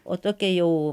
o tokia jau